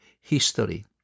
history